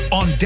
on